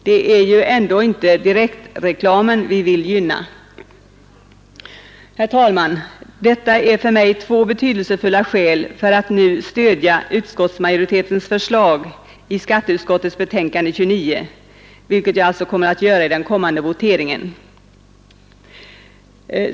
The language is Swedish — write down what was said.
Det är ju ändå inte direktreklamen vi vill gynna! Herr talman! Detta är för mig två betydelsefulla skäl att stödja utskottsmajoritetens förslag i skatteutskottets betänkande nr 29, vilket jag alltså kommer att göra i den kommande voteringen.